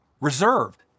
reserved